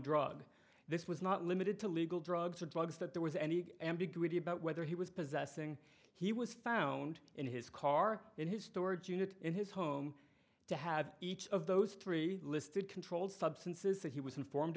drug this was not limited to legal drugs or drugs that there was any ambiguity about whether he was possessing he was found in his car in his storage unit in his home to have each of those three listed controlled substances that he was informed